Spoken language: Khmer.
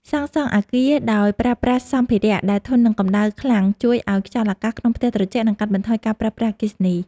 សាងសង់អគារដោយប្រើប្រាស់សម្ភារដែលធន់នឹងកម្ដៅខ្លាំងជួយឱ្យខ្យល់អាកាសក្នុងផ្ទះត្រជាក់ និង កាត់បន្ថយការប្រើអគ្គិសនី។